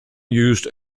used